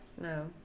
No